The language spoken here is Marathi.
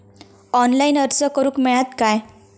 ऑनलाईन अर्ज करूक मेलता काय?